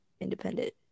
independent